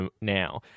now